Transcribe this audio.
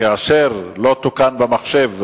כאשר לא תוקן במחשב.